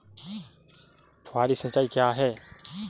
फुहारी सिंचाई क्या है?